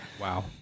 wow